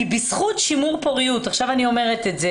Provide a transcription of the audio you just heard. כי בזכות שימור פוריות עכשיו אני אומרת את זה